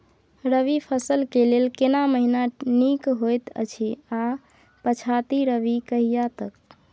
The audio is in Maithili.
रबी फसल के लेल केना महीना नीक होयत अछि आर पछाति रबी कहिया तक?